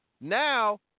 Now